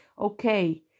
okay